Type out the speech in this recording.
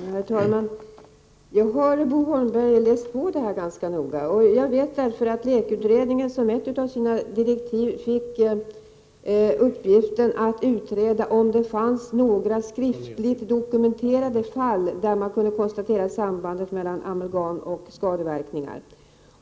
Herr talman! Jag har, Bo Holmberg, läst på detta ganska noga. Jag vet därför att LEK-utredningen i sina direktiv hade att utreda om det fanns några skriftligt dokumenterade fall där man kunde konstatera ett samband mellan amalgam och skadeverkningar.